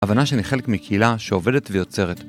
הבנה שאני חלק מקהילה שעובדת ויוצרת.